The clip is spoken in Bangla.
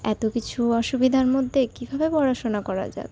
এত কিছু অসুবিধার মধ্যে কীভাবে পড়াশোনা করা যাবে